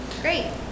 Great